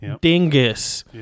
Dingus